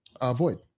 avoid